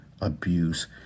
abuse